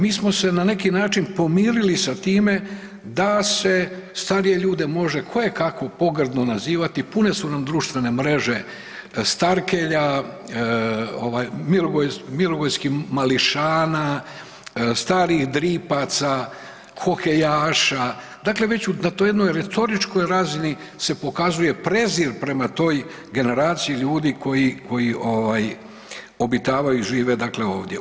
Mi smo se na neki način pomirili sa time da se starije ljude može kojekako pogrdno nazivati, pune su nam društvene mreže starkelja, mirogojskih mališana, starijih dripaca, hohejaša, dakle već na toj jednoj retoričkoj razini se pokazuje prezir prema toj generaciji ljudi koji obitavaju i žive ovdje.